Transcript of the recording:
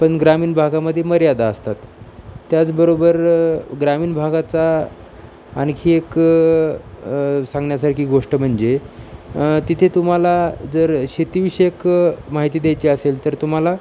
पण ग्रामीण भागामध्ये मर्यादा असतात त्याचबरोबर ग्रामीण भागाची आणखी एक सांगण्यासारखी गोष्ट म्हणजे तिथे तुम्हाला जर शेतीविषयक माहिती द्यायची असेल तर तुम्हाला